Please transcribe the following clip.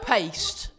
Paste